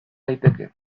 daiteke